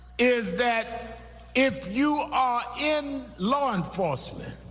is that if you are in law enforcement,